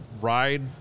ride